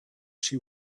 she